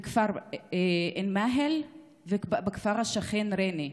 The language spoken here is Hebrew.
בשופוני, בכפר עין מאהל ובכפר השכן ריינה.